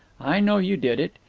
i know you did it.